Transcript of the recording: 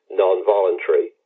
non-voluntary